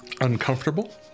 uncomfortable